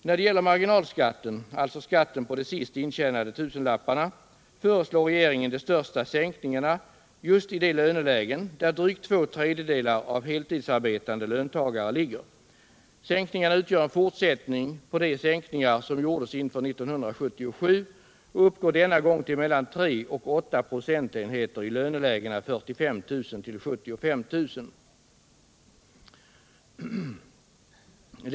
När det gäller marginalskatten, alltså skatten på de sist intjänade tu 107 senlapparna, föreslår regeringen de största skattesänkningarna just i de lönelägen där drygt två tredjedelar av de heltidsarbetande löntagarna ligger. Sänkningarna utgör en fortsättning på de sänkningar som gjordes inför 1977 och uppgår denna gång till mellan 3 och 8 procentenheter i lönelägena 45 000-75 000 kr.